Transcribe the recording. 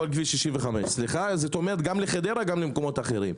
65. זאת אומרת, גם לחדרה וגם למקומות אחרים.